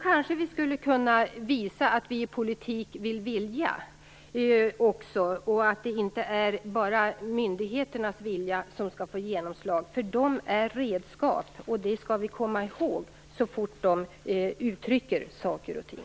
Kanske skulle vi kunna visa att vi har vilja också i politiken och att det inte bara är myndigheternas vilja som skall få genomslag. Myndigheterna är redskap, och det skall vi komma ihåg så fort de uttrycker saker och ting.